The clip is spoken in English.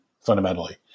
fundamentally